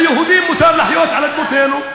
ליהודים מותר לחיות על אדמותינו,